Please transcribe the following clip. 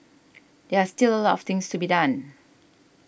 there are still a lot of things to be done